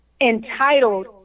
entitled